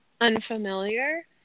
unfamiliar